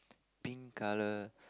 pink colour